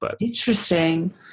Interesting